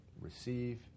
receive